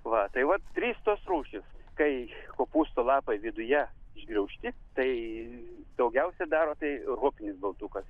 va tai va trys tos rūšys tai kopūstų lapai viduje išgraužti tai daugiausia daro tai ropinis baltukas